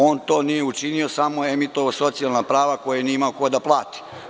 On to nije učinio, samo je emitovao socijalna prava koja nije imao ko da plati.